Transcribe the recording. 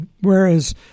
Whereas